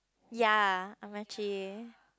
ya I'm actually